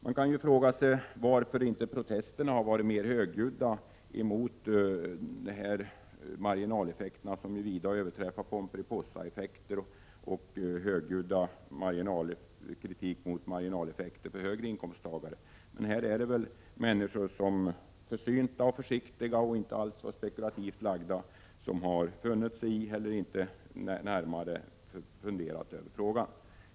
Man kan också fråga sig varför protesterna inte har varit mer högljudda mot dessa marginaleffekter, som vida har överträffat pomperipossaeffekten och marginaleffekterna för större inkomsttagare. Men här är det fråga om försynta och försiktiga och ej spekulativt lagda människor, som har funnit sig i situationen och inte närmare funderat över denna sak.